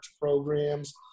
programs